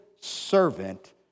servant